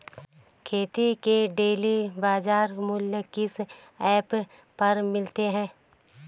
खेती के डेली बाज़ार मूल्य किस ऐप पर मिलते हैं?